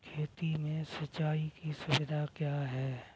खेती में सिंचाई की सुविधा क्या है?